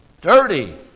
dirty